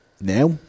Now